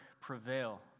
prevail